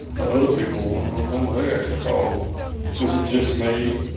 the other people, when were when were they actually called. was it just me?